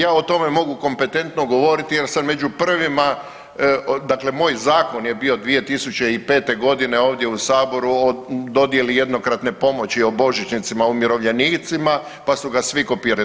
Ja o tome mogu kompetentno govoriti jer sam među prvima, dakle moj zakon je bio 2005.g. ovdje u saboru o dodjeli jednokratne pomoći o božićnicama umirovljenicima pa su ga svi kopirali.